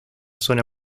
zona